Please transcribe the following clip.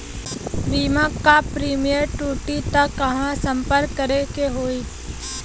बीमा क प्रीमियम टूटी त कहवा सम्पर्क करें के होई?